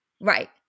Right